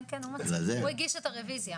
כן, הוא הגיש את הרוויזיה.